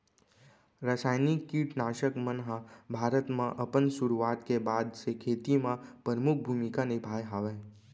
रासायनिक किट नाशक मन हा भारत मा अपन सुरुवात के बाद से खेती मा परमुख भूमिका निभाए हवे